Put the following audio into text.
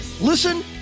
listen